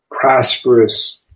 prosperous